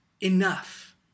enough